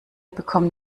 bekommen